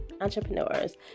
entrepreneurs